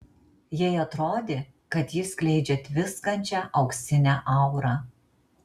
jai atrodė kad jis skleidžia tviskančią auksinę aurą